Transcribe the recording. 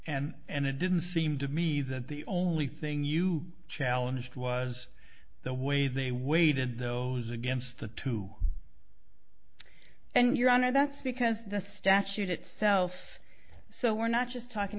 and it didn't seem to me that the only thing you challenged was the way they waited those against the two and your honor that's because the statute itself so we're not just talking